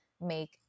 make